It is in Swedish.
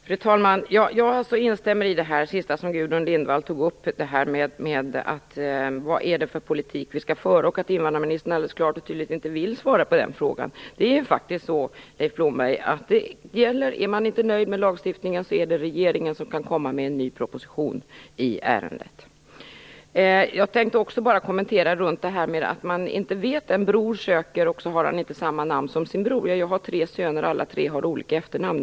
Fru talman! Jag instämmer i det sista som Gudrun Lindvall tog upp om vad det är för politik vi skall föra och att invandrarministern alldeles klart och tydligt inte vill svara på den frågan. Det är faktiskt så, Leif Blomberg, att om man inte är nöjd med lagstiftningen är det regeringen som kan komma med i en ny proposition i ärendet. Jag vill också kommentera fallet när en bror söker uppehållstillstånd och inte har samma namn som sin bror. Jag har tre söner, och alla tre har olika efternamn.